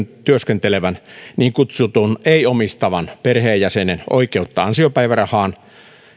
työskentelevän niin kutsutun ei omistavan perheenjäsenen oikeutta ansiopäivärahaan